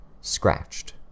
scratched